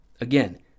Again